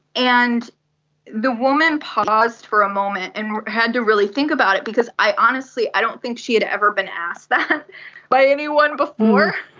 and the woman paused for a moment and had to really think about it because honestly i don't think she had ever been asked that by anyone before.